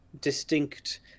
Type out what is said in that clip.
distinct